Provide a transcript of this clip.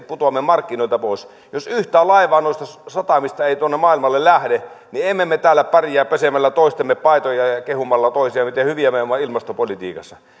putoamme markkinoilta pois jos yhtään laivaa noista satamista ei tuonne maailmalle lähde niin emme me täällä pärjää pesemällä toistemme paitoja ja kehumalla toisiamme miten hyviä me olemme ilmastopolitiikassa